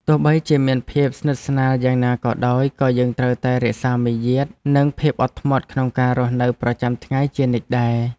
ទោះបីជាមានភាពស្និទ្ធស្នាលយ៉ាងណាក៏ដោយក៏យើងត្រូវតែរក្សាមារយាទនិងការអត់ធ្មត់ក្នុងការរស់នៅប្រចាំថ្ងៃជានិច្ចដែរ។